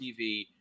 TV